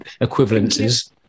equivalences